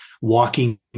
walking